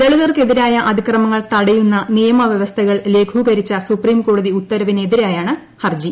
ദളിതർക്കെതിരായ അതിക്രമങ്ങൾ തടയുന്ന നിയമ വ്യവസ്ഥകൾ ലഘൂകരിച്ച സുപ്രിം കോടതി ഉത്തരവിനെതിരെയാണ് ഹർജി